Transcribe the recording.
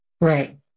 Right